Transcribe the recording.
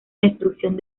destrucción